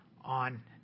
on